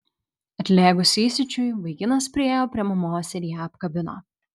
atlėgus įsiūčiui vaikinas priėjo prie mamos ir ją apkabino